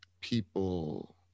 people